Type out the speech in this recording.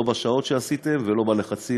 לא בשעות שעשיתם ולא בלחצים,